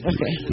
Okay